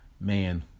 man